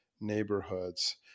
neighborhoods